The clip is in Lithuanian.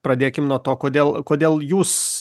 pradėkim nuo to kodėl kodėl jūs